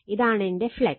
ഇതാണ് എന്റെ ഫ്ലക്സ്